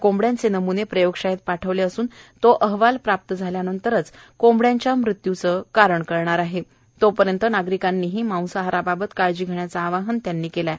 कोंबड्याचे नम्ने प्रयोगशाळेत पाठवले असून तो अहवाल प्राप्त झाल्यानंतरच कोंबड्याच्या मृत्यूचे कारण कळणार आहे तोपर्यंत नागरिकांनीही मांसाहराबाबत काळजी घेण्याचे आवाहन त्यांनी केलं आहे